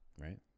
Right